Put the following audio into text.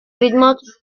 ritmos